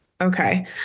Okay